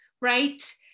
right